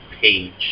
page